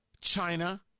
China